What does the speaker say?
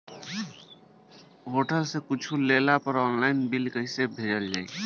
Hotel से कुच्छो लेला पर आनलाइन बिल कैसे भेजल जाइ?